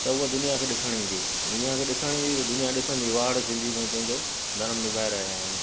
त उहो दुनिया खे ॾिसण ईंदी दुनिया खे ॾिसण ईंदी दुनिया ॾिसंदी वाड़ सिंधी भई पंहिंजो धर्म निभाइ रहिया आहिनि